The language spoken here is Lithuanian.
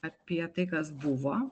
apie tai kas buvo